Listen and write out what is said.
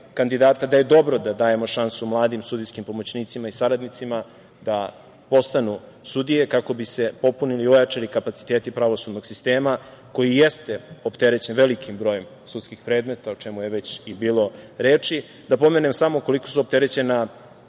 da je dobro da dajemo šansu mladim sudijskim pomoćnicima i saradnicima da postanu sudije, kako bi se popunili i ojačali kapaciteti pravosudnog sistema koji jeste opterećen velikim brojem sudskih predmeta, o čemu je već i bilo reči. Da pomenem samo koliko su opterećena